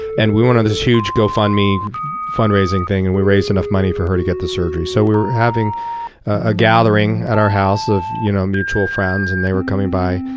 and we went on this huge gofundme fundraising thing, and we raised enough money for her to get the surgery. so we were having a gathering at our house of you know mutual friends, and they were coming by.